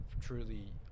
truly